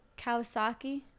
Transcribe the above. kawasaki